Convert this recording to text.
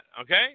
okay